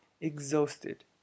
Exhausted